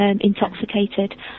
intoxicated